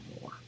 more